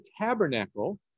tabernacle